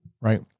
Right